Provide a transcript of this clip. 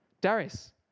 Darius